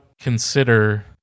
consider